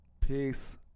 peace